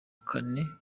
kane